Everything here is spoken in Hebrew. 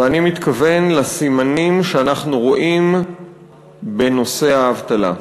ואני מתכוון לסימנים שאנחנו רואים בנושא האבטלה.